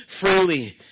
freely